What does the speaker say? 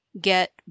get